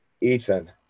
Ethan